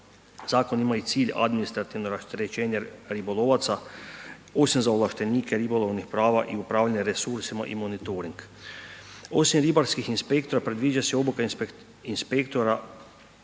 Zakon ima i cilj administrativnog rasterećenja ribolovaca osim za ovlaštenike ribolovnih prava i upravljanja resursima i monitoring. Osim ribarskih inspektora predviđa se i obuka inspektora